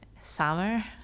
summer